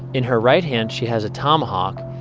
in her right hand she has a tomahawk.